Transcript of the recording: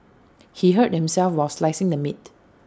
he hurt himself while slicing the meat